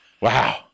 Wow